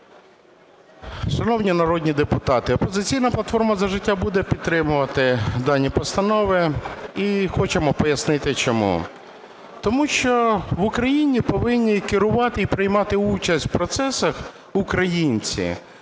Шановні народні депутати, "Опозиційна платформа - За життя" буде підтримувати дані постанови, і хочемо пояснити чому. Тому що в Україні повинні керувати і приймати участь в процесах українці.